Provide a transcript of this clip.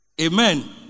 Amen